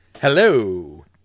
Hello